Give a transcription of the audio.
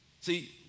See